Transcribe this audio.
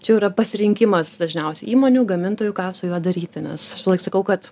čia jau yra pasirinkimas dažniausiai įmonių gamintojų ką su juo daryti nes aš visąlaik sakau kad